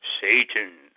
Satan